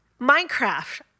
Minecraft